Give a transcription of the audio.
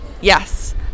Yes